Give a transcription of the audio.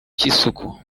cy’isuku